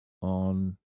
on